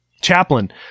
chaplain